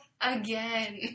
again